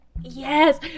Yes